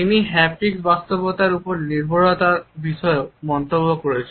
তিনি হ্যাপটিক বাস্তবতার উপর নির্ভরতার বিষয়েও মন্তব্য করেছেন